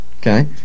okay